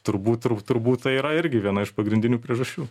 turbūt turbūt tai yra irgi viena iš pagrindinių priežasčių